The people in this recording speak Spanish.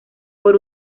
por